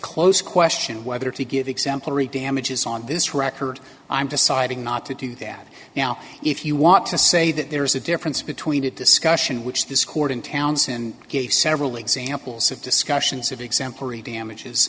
close question whether to give exemplary damages on this record i'm deciding not to do that now if you want to say that there is a difference between a discussion which this court in towns and gave several examples of discussions of exemplary damages